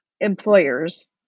employers